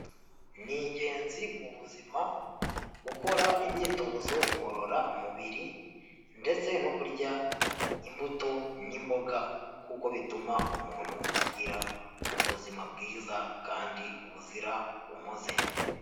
Ni ingenzi mu buzima, gukora imyitozo ngororamubiri ndetse no kurya imbuto n'imboga kuko bituma umuntu agira ubuzima bwiza kandi buzira umuze.